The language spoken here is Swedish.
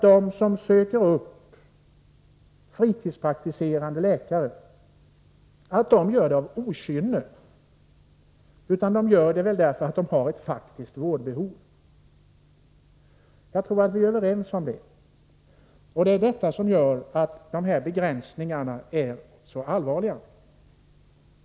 De som söker upp fritidspraktiserande läkare, Sten Andersson, gör väl det inte av okynne, utan därför att de har ett faktiskt vårdbehov. Jag tror att vi är överens om den saken. Detta gör att de här begränsningarna är så allvarliga.